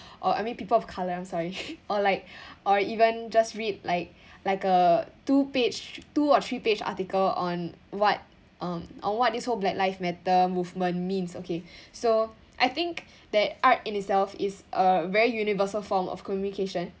or I mean people of colour I'm sorry or like or even just read like like a two-page two or three-page article on what um on what this whole black life matter movement means okay so I think that art in itself is a very universal form of communication